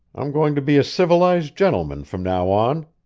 i'm going to be a civilized gentleman from now on.